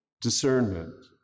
discernment